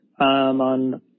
on